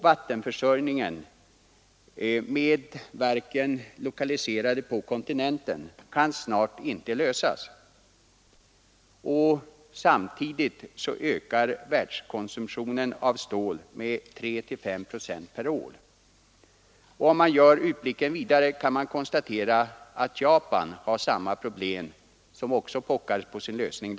Vattenförsörjningsproblemen kan, med verken lokaliserade på kontinenten, snart inte heller lösas. Samtidigt ökar världskonsumtionen av stål med 3—5 procent per år. Om man gör utblicken vidare, kan man konstatera att Japan har samma problem, som pockar på en lösning.